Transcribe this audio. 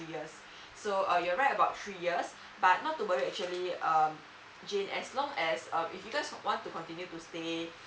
years so uh you're right about three years but not to worry actually uh jane as long as um if you guys want to continue to stay